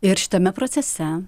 ir šitame procese